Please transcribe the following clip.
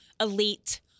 elite